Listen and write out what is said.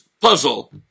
puzzle